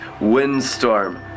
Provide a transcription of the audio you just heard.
windstorm